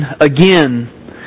again